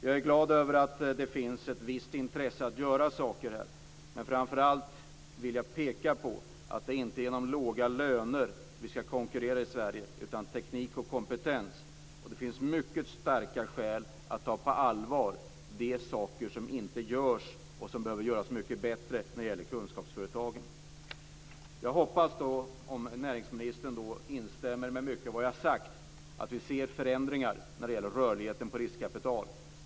Jag är glad över att det finns ett visst intresse att göra saker här, men framför allt vill jag peka på att det inte är genom låga löner som vi skall konkurrera i Sverige utan genom teknik och kompetens. Det finns mycket starka skäl att ta på allvar de saker som inte görs och det som behöver göras mycket bättre när det gäller kunskapsföretagen. Jag hoppas, om näringsministern nu instämmer i mycket av vad jag har sagt, att vi ser förändringar när det gäller rörlighet på riskkapital.